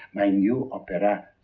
my new opera,